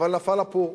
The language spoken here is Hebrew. אבל נפל הפור,